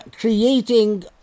creating